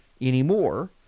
anymore